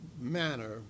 manner